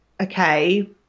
okay